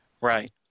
Right